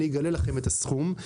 אני אגלה לכם את הסכום,